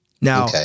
Now